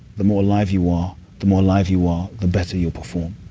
the more alive you are. the more alive you are, the better you'll perform.